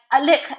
look